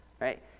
right